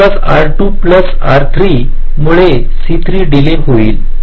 R3 plus R2 plus R3 मुळे C3 delay होईल